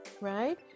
right